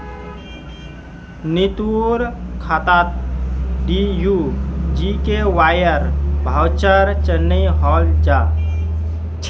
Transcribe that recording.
नीतूर खातात डीडीयू जीकेवाईर वाउचर चनई होल छ